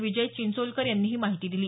विजय चिंचोलकर यांनी ही माहिती दिली